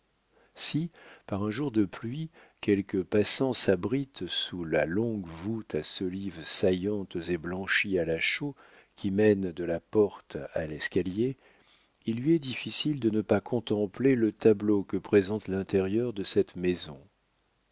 si par un jour de pluie quelque passant s'abrite sous la longue voûte à solives saillantes et blanchies à la chaux qui mène de la porte à l'escalier il lui est difficile de ne pas contempler le tableau que présente l'intérieur de cette maison